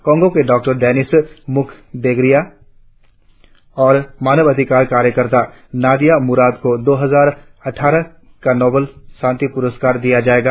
काँगो के doctor Denis Mukwege और मानवाधिकार कार्यकर्ता नादिया मुराद को दो हजार अठ्ठारह का नोबेल शांति पुरस्कार दिया जाएगा